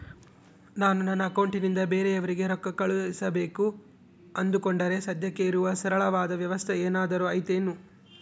ನಾನು ನನ್ನ ಅಕೌಂಟನಿಂದ ಬೇರೆಯವರಿಗೆ ರೊಕ್ಕ ಕಳುಸಬೇಕು ಅಂದುಕೊಂಡರೆ ಸದ್ಯಕ್ಕೆ ಇರುವ ಸರಳವಾದ ವ್ಯವಸ್ಥೆ ಏನಾದರೂ ಐತೇನು?